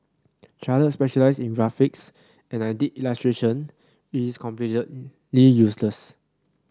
Charlotte specialised in graphics and I did illustration which is completely useless